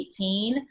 2018